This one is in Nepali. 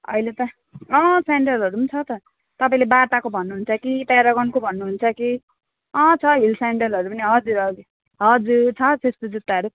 अहिले त अँ सेन्डलहरू पनि छ त तपाईँले बाटाको भन्नुहुन्छ कि प्यारागनको भन्नुहुन्छ कि अँ छ हिल सेन्डलहरू पनि हजुर हजुर हजुर छ त्यस्तो जुत्ताहरू